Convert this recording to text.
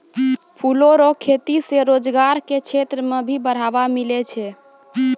फूलो रो खेती से रोजगार के क्षेत्र मे भी बढ़ावा मिलै छै